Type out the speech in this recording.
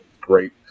great